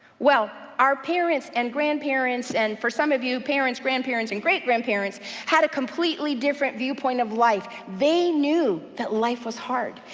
well, our parents, and grandparents, and for some of you, parents, grandparents, and great grandparents had a completely different viewpoint of life. they knew that life was hard,